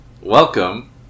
welcome